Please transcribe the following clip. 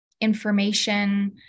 information